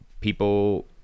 people